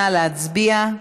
נא להצביע.